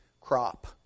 crop